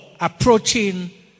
approaching